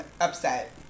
upset